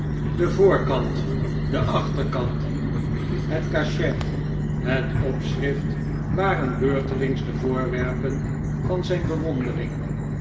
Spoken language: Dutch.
de voorkant de achterkant het cachet het opschrift waren beurtelings de voorwerpen van zijn bewondering